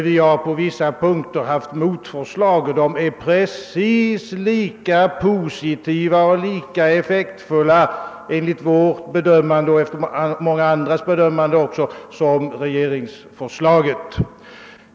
Vi har på vissa punkter haft motförslag, vilka är precis lika positiva och lika effektfulla, enligt vårt bedömande och efter många andras bedömande också, som regeringsförslaget.